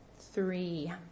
Three